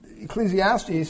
Ecclesiastes